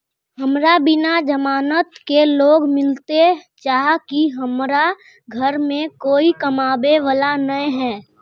हमरा बिना जमानत के लोन मिलते चाँह की हमरा घर में कोई कमाबये वाला नय है?